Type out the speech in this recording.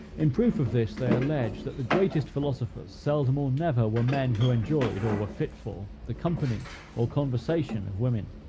in proof of this they allege, that the greatest philosophers seldom or never were men who enjoyed, or were fit for, the company or conversation of women.